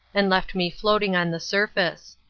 and left me floating on the surface.